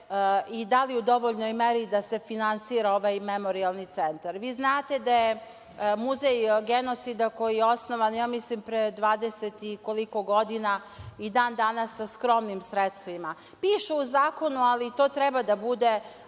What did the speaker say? i da li u dovoljnoj meri da se finansira ovaj Memorijalni centar? Vi znate da je Muzej genocida koji je osnovan, ja mislim pre dvadeset i koliko godina, i dan danas sa skromnim sredstvima, piše u zakonu, ali to treba da bude